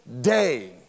day